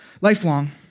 lifelong